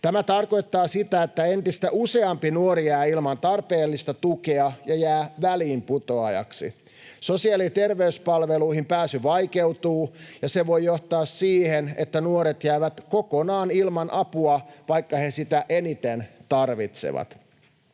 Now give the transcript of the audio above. Tämä tarkoittaa sitä, että entistä useampi nuori jää ilman tarpeellista tukea ja jää väliinputoajaksi. Sosiaali- ja terveyspalveluihin pääsy vaikeutuu, ja se voi johtaa siihen, että nuoret jäävät kokonaan ilman apua, vaikka he sitä eniten tarvitsevat.